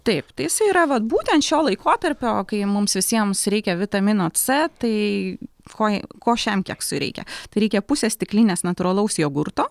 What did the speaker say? taip tai jisai yra vat būtent šio laikotarpio kai mums visiems reikia vitamino c tai ko ja ko šiam keksui reikia reikia pusės stiklinės natūralaus jogurto